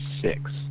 six